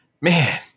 man